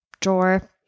drawer